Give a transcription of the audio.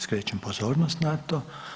Skrećem pozornost na to.